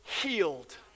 healed